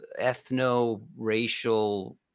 ethno-racial